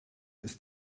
ist